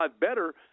better